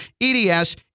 eds